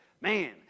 man